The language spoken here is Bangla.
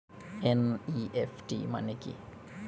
এন.ই.এফ.টি মনে কি?